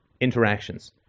interactions